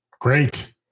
Great